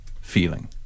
feeling